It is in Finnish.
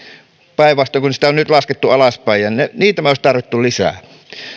päinvastoin kuin niitä on nyt laskettu alaspäin niitä me olisimme tarvinneet lisää